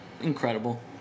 Incredible